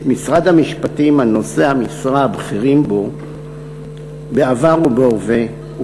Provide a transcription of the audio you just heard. משרד המשפטים על נושאי המשרה הבכירים בו בעבר ובהווה,